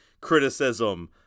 criticism